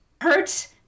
hurt